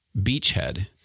beachhead